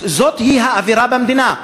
זאת האווירה במדינה.